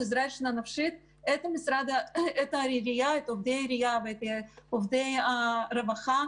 לעזרה ראשונה נפשית את עובדי העירייה ועובדי הרווחה.